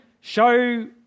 show